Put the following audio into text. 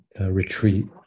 retreat